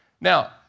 Now